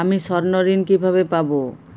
আমি স্বর্ণঋণ কিভাবে পাবো?